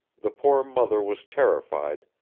the poor mother was terrified,